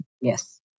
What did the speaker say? Yes